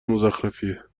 مزخرفیه